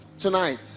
tonight